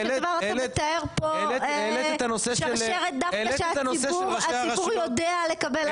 בסופו של דבר אתה מתאר פה שרשרת דווקא שהציבור יודע לקבל החלטה חכמה.